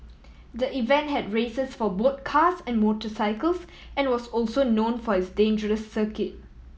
the event had races for both cars and motorcycles and was also known for its dangerous circuit